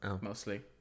mostly